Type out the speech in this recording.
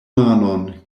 manon